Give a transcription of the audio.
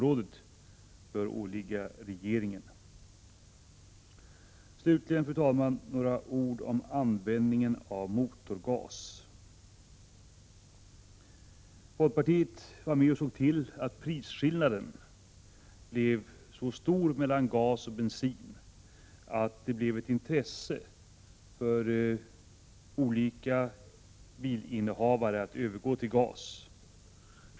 Jag yrkar därför bifall till reservation 28. Fru talman! Slutligen några ord om användningen av motorgas. Folkpartiet var med om att genomföra att prisskillnaden mellan gas och bensin blev så stor att ett intresse skapades hos olika bilinnehavare att övergå till gas.